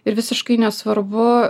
ir visiškai nesvarbu